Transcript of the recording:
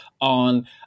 on